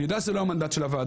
אני יודע שזה לא המנדט של הוועדה,